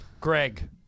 Greg